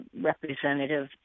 representative